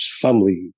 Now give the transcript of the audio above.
family